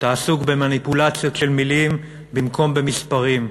אתה עסוק במניפולציות של מילים במקום במספרים,